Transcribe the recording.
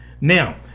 Now